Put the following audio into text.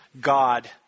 God